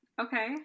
Okay